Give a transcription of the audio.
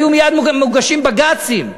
היו מייד מוגשים בג"צים.